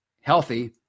healthy